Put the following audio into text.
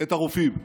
את הרופאים.